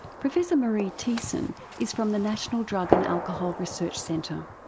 professor maree teesson is from the national drug and alcohol research centre.